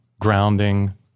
grounding